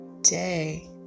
day